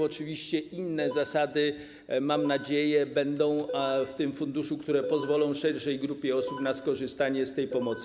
Oczywiście inne zasady, mam nadzieję, będą w tym funduszu, które pozwolą szerszej grupie osób na skorzystanie z tej pomocy.